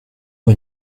moi